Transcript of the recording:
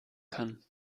kann